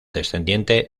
descendiente